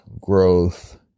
growth